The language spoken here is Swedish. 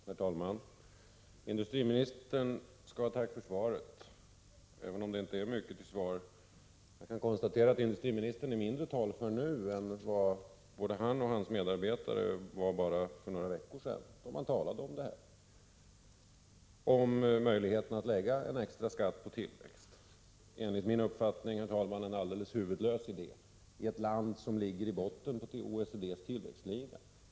Herr talman! Industriministern skall ha tack för svaret, även om det inte är mycket till svar. Jag kan konstatera att industriministern är mindre talför nu än vad både han och hans medarbetare var för bara några veckor sedan, då man talade om det här. Man talade om möjligheten att lägga en extra skatt på tillväxt. Enligt min mening, herr talman, en alldeles huvudlös idé i ett land som ligger i botten på OECD:s tillväxtliga.